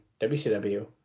WCW